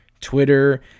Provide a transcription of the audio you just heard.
Twitter